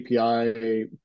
API